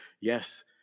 yes